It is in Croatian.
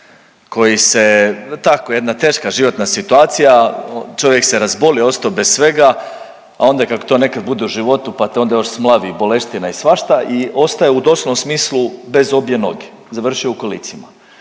koji se, tako jedna teška životna situacija, čovjek se razbolio i ostao bez svega, a onda kako to nekad bude u životu, pa te onda još smlavi i boleština i svašta, i ostao je u doslovnom smislu bez obje noge, završio je u kolicima.